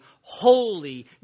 holy